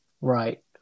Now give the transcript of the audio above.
Right